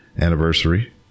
anniversary